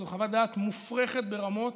זו חוות דעת מופרכת ברמות